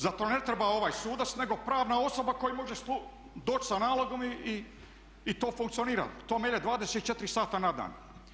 Za to ne treba ovaj sudac, nego pravna osoba koja može doći sa nalogom i to funkcionira, to melje 24 sata na dan.